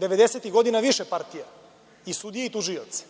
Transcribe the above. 90-ih godina više partija, i sudije i tužioci,